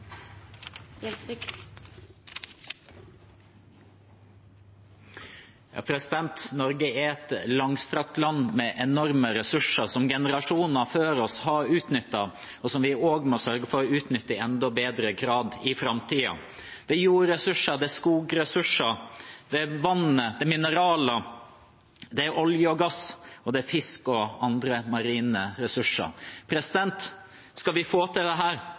Så ja, vi må gjøre mer – vi må gjøre mer både hjemme og ute. Norge er et langstrakt land med enorme ressurser, som generasjoner før oss har utnyttet, og som vi også må sørge for å utnytte i enda bedre grad i framtiden. Det er jordressurser, det er skogressurser, det er vannet, det er mineraler, det er olje og gass, og det er fisk og andre marine ressurser. Skal vi få